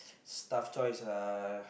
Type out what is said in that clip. staff choice lah